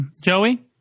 Joey